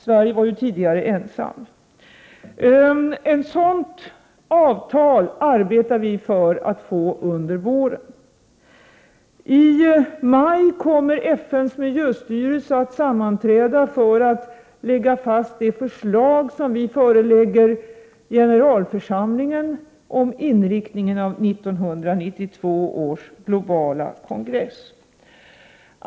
Sverige var ju tidigare ensamt om detta. Ett sådant avtal arbetar vi för att få under våren. I maj kommer FN:s miljöstyrelse att sammanträda för att lägga fast det förslag som vi förelägger generalförsamlingen om inriktningen av 1992 års globala kongress.